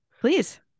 Please